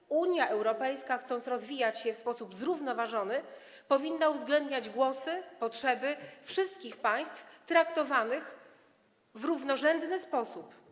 Jeśli Unia Europejska chce się rozwijać w sposób zrównoważony, powinna uwzględniać głosy, potrzeby wszystkich państw i traktować je w równorzędny sposób.